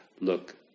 look